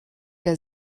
der